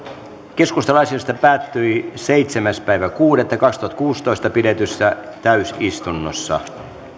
keskustelu asiasta päättyi seitsemäs kuudetta kaksituhattakuusitoista pidetyssä täysistunnossa